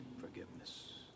forgiveness